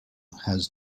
has